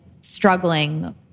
struggling